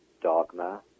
dogma